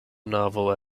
novel